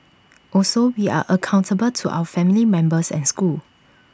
also we are accountable to our family members and school